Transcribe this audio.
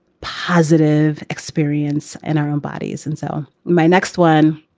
positive experience in our own bodies. and so my next one,